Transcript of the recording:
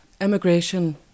emigration